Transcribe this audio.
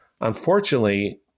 Unfortunately